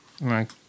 right